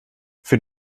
für